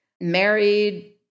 married